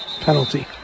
Penalty